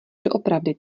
doopravdy